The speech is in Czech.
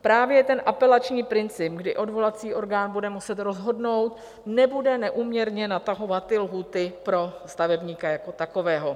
Právě ten apelační princip, kdy odvolací orgán bude muset rozhodnout, nebude neúměrně natahovat lhůty pro stavebníka jako takového.